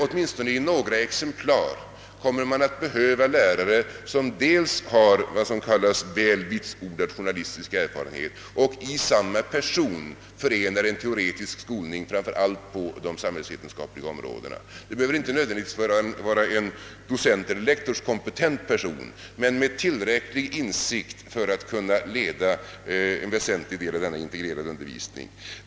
Åtminstone på några poster kommer det att erfordras lärare som har dels vad som kallas väl vitsordad journalistisk erfarenhet och dels teoretisk skolning, framför allt på de samhällsvetenskapliga områdena. Det behöver inte nödvändigtvis vara en docenteller lektorskompetent person, men han bör ha tillräcklig insikt för att kunna leda en väsentlig del av denna integrerade undervisning.